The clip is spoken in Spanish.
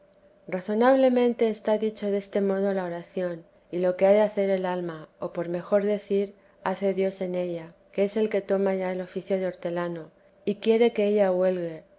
razonablemente está dicho deste modo de oración y lo que ha de hacer el alma o por mejor decir hace dios en ella que es el que toma ya el oficio de hortelano y quiere que ella huelgue